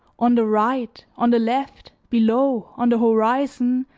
on the right, on the left, below, on the horizon,